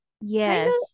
yes